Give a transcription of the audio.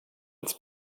als